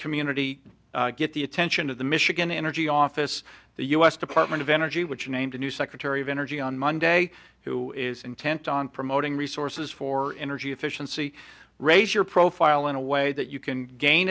community get the attention of the michigan energy office the u s department of energy which named a new secretary of energy on monday who is intent on promoting resources for for energy efficiency raise your profile in a way that you can gain